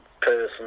person